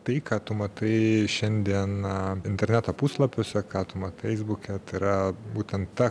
tai ką tu matai šiandien interneto puslapiuose ką tu matai feisbuke yra būtent ta